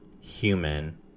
human